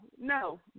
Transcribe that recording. no